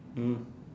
mm